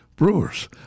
Brewers